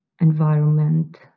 environment